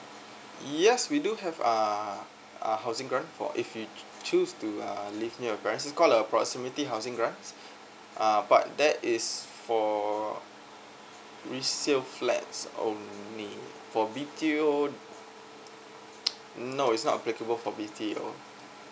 yes we do have uh err housing grant for if you choose to uh live near is call a proximity housing grant uh but there is for resale flats only for B_T_O no is not applicable for B_T_O